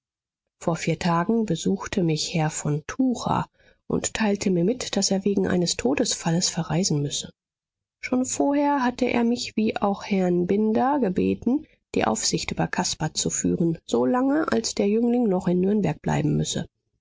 vor vier tagen besuchte mich herr von tucher und teilte mir mit daß er wegen eines todesfalles verreisen müsse schon vorher hatte er mich wie auch herrn binder gebeten die aufsicht über caspar zu führen so lange als der jüngling noch in nürnberg bleiben müsse